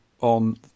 on